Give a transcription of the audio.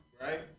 Right